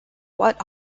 what